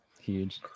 huge